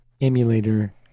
emulator